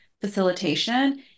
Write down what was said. facilitation